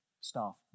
Staff